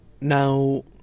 Now